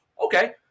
okay